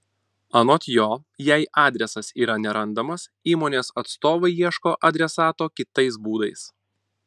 anot jo jei adresas yra nerandamas įmonės atstovai ieško adresato kitais būdais